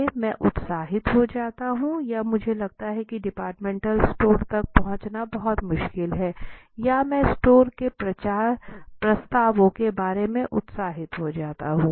के मैं उत्साहित हो जाता हूं या मुझे लगता है कि डिपार्टमेंटल स्टोर तक पहुंचना बहुत मुश्किल है या मैं स्टोर के प्रचार प्रस्तावों के बारे में उत्साहित हो जाता हूं